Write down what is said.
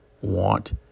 want